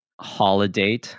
Holiday